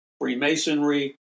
Freemasonry